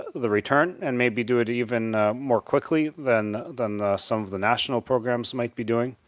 the return, and maybe do it even more quickly than than some of the national programs might be doing,